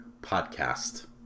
podcast